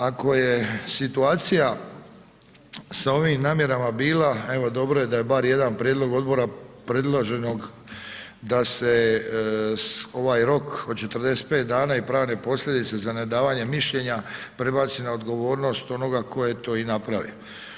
Ako je situacija sa ovim namjerama bila evo dobro da je bar jedan prijedlog odbora predloženog da se ovaj rok od 45 dana i pravne posljedice za nedavanje mišljenja prebaci na odgovornost onoga tko je to i napravio.